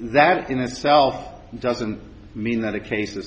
that in itself doesn't mean that a cases